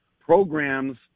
programs